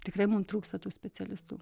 tikrai mum trūksta tų specialistų